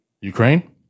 Ukraine